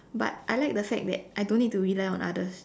but I like the fact that I don't need to rely on others